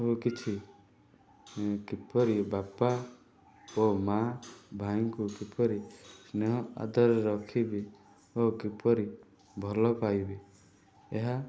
ଓ କିଛି କିପରି ବାପା ଓ ମାଁ ଭାଇଙ୍କୁ କିପରି ସ୍ନେହ ଆଦରରେ ରଖିବି ଓ କିପରି ଭଲ ପାଇବି ଏହା